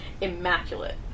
immaculate